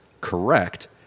correct